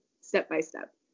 step-by-step